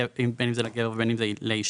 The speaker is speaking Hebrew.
בין אם זה לגבר ובין אם זה לאישה.